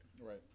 right